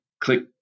click